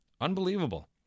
Unbelievable